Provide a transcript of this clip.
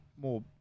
more